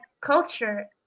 culture